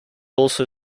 also